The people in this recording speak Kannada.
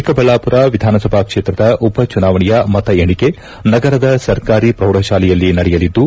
ಚಿಕ್ಕಬಳ್ಳಾಪುರ ವಿಧಾನಸಭಾ ಕ್ಷೇತ್ರದ ಉಪಚುನಾವಣೆಯ ಮತ ಎಣಿಕೆ ನಗರದ ಸರ್ಕಾರಿ ಪ್ರೌಢಶಾಲೆಯಲ್ಲಿ ನಡೆಯಲಿದ್ದು